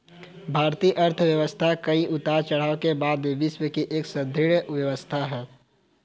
भारतीय अर्थव्यवस्था कई उतार चढ़ाव के बाद भी विश्व की एक सुदृढ़ व्यवस्था है